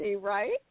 right